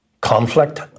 conflict